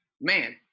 man